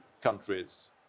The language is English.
countries